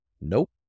Nope